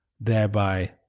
thereby